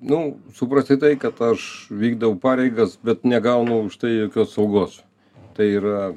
nu supranti tai kad aš vykdau pareigas bet negaunu už tai jokios saugos tai yra